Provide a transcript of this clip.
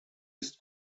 ist